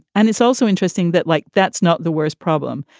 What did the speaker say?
and it's also interesting that like, that's not the worst problem.